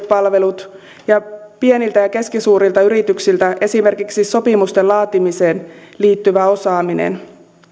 palvelut ja pieniltä ja keskisuurilta yrityksiltä esimerkiksi sopimusten laatimiseen liittyvä osaaminen